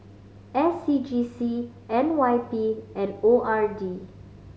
S C G C N Y P and O R D